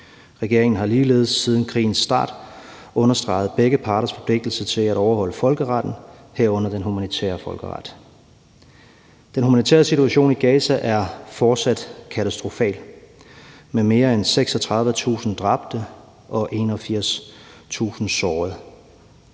Regeringen har ligeledes siden krigens start understreget begge parters forpligtelse til at overholde folkeretten, herunder den humanitære folkeret. Den humanitære situation i Gaza er fortsat katastrofal med mere end 36.000 dræbte og 81.000 sårede.